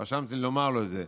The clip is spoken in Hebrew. רשמתי לומר לו את זה.